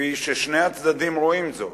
כפי ששני הצדדים רואים זאת,